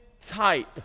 type